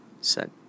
set